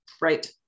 Right